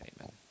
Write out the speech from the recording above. Amen